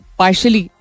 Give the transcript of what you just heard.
partially